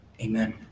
amen